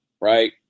right